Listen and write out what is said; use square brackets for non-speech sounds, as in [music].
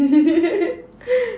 [laughs]